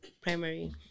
primary